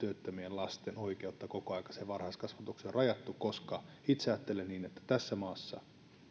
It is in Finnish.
lasten oikeutta kokoaikaiseen varhaiskasvatukseen on rajattu koska itse ajattelen niin että tässä maassa